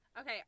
Okay